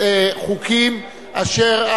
חוקים אשר,